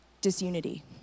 disunity